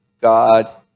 god